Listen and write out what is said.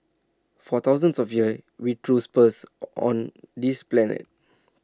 for thousands of years we threw spears on this planet